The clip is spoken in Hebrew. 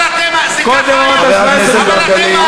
אבל אתם, זה ככה היה, חבר הכנסת מרגלית.